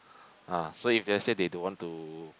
ah so if let's say they don't want to